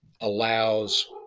allows